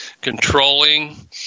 controlling